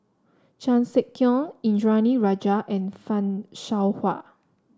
Chan Sek Keong Indranee Rajah and Fan Shao Hua